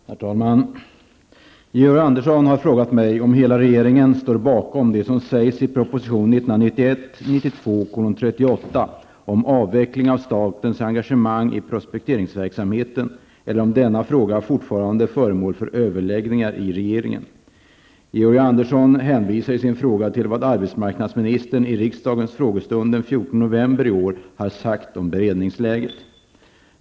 Herr talman! Georg Andersson har frågat mig om hela regeringen står bakom det som sägs i proposition 1991/92:38 om avveckling av statens engagemang i prospekteringsverksamheten eller om denna fråga fortfarande är föremål för överläggningar i regeringen. Georg Andersson hänvisar i sin fråga till vad arbetsmarknadsministern i riksdagens frågestund den 14 november i år har sagt om beredningsläget.